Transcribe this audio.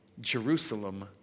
Jerusalem